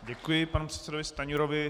Děkuji panu předsedovi Stanjurovi.